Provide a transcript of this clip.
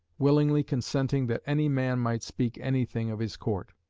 willingly consenting that any man might speak anything of his court.